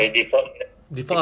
it's good ah